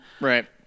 Right